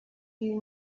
you